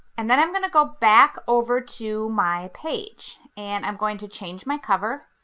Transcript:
and then i'm gonna go back over to my page and i'm going to change my cover.